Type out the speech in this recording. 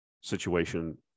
situation